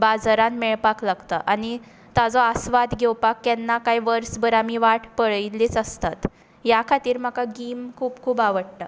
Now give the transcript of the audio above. बाजरांत मेळपाक लागता आनी ताजो आस्वाद घेवपाक केन्ना काय वर्सभर आमी वाट पळयल्लीच आसता ह्या खातीर म्हाका गीम खूब खूब आवडटा